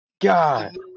God